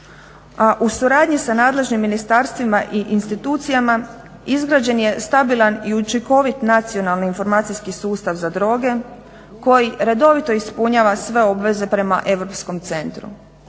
u suradnji sa nadležnim ministarstvima i institucijama izgrađen je stabilan i učinkovit Nacionalni informacijski sustav za droge koji redovito ispunjava sve obveze prema Europskom centru.